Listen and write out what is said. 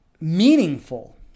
meaningful